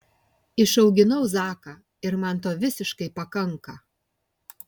išauginau zaką ir man to visiškai pakanka